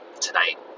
tonight